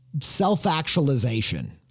self-actualization